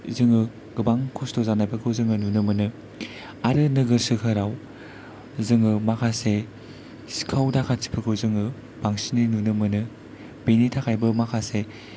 जोङो गोबां खस्थ' जानायफोरखौ जोङो नुनो मोनो आरो नोगोर सोहोराव जोङो माखासे सिखाव दाखाथिफोरखौ जोङो बांसिनै नुनो मोनो बिनि थाखायबो माखासे